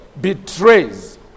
betrays